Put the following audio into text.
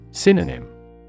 Synonym